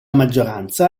maggioranza